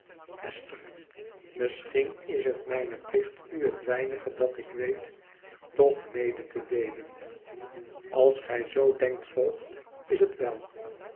misschien is het mijn plicht u het weinige dat ik weet toch mede te deelen als gij zoo denkt voogd is het wel